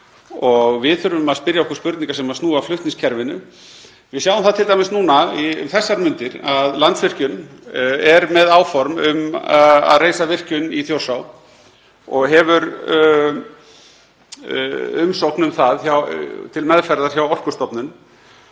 Við þurfum að spyrja okkur spurninga sem snúa að flutningskerfinu. Við sjáum það t.d. núna um þessar mundir að Landsvirkjun er með áform um að reisa virkjun í Þjórsá og hefur umsókn um það til meðferðar hjá Orkustofnun